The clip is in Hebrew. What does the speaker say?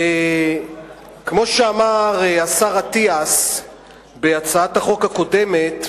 כמו שאמר השר אטיאס בהצעת החוק הקודמת,